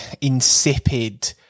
insipid